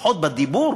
לפחות בדיבור,